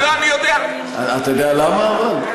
אני לא, הלוא אני יודע, אתה יודע למה אבל?